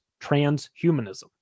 transhumanism